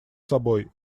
собой